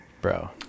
bro